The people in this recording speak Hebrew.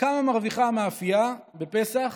כמה מרוויחה המאפייה בפסח